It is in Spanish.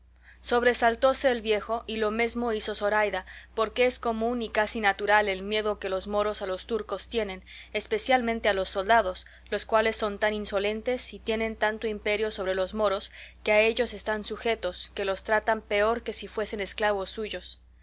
sobresaltóse el viejo y lo mesmo hizo zoraida porque es común y casi natural el miedo que los moros a los turcos tienen especialmente a los soldados los cuales son tan insolentes y tienen tanto imperio sobre los moros que a ellos están sujetos que los tratan peor que si fuesen esclavos suyos